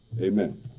Amen